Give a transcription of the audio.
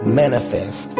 manifest